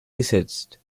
gesetzt